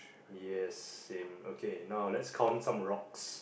yes same okay now let's count some rocks